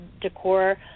decor